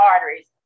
arteries